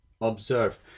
observe